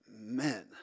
men